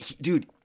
dude